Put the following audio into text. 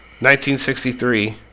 1963